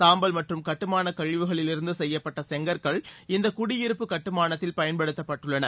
சாம்பல் மற்றும் கட்டுமானக் கழிவுகளிலிருந்து சுப்யப்பட்ட செங்கற்கள் இந்த சுகுடியிருப்பு கட்டுமானத்தில் பயன்படுத்தப்பட்டுள்ளன